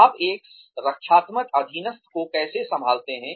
आप एक रक्षात्मक अधीनस्थ को कैसे संभालते हैं